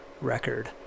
record